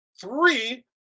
three